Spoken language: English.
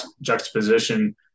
juxtaposition